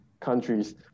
countries